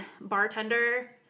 bartender